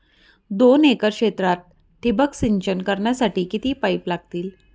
दोन एकर क्षेत्रात ठिबक सिंचन करण्यासाठी किती पाईप लागतील?